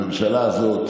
הממשלה הזאת